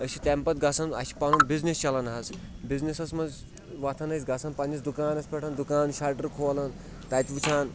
أسۍ چھِ تمہِ پَتہٕ گژھان اَسہِ چھُ پَنُن بِزنِس چلان حظ بِزنِسَس منٛز وۄتھان أسۍ گژھان پَنٛنِس دُکانَس پٮ۪ٹھ دُکان شٹر کھولان تَتہِ وٕچھان